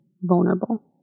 vulnerable